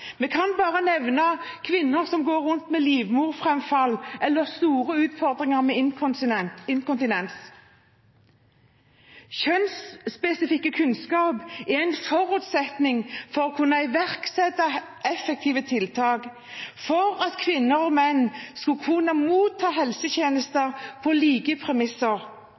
Vi kan bare nevne kvinner som går rundt med livmorframfall eller store utfordringer med inkontinens. Kjønnsspesifikk kunnskap er en forutsetning for å kunne iverksette effektive tiltak for at kvinner og menn skal kunne motta helsetjenester på like premisser.